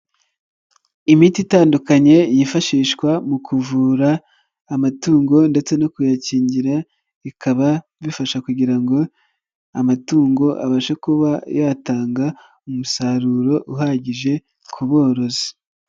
Imiti itandukanye yifashishwa mu kuvura amatungo ndetse no kuyakingira, bikaba bifasha kugira ngo amatungo abashe kuba yatanga umusaruro uhagije ku borozi.